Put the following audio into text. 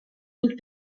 und